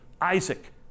Isaac